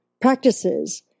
practices